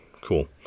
Cool